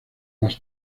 más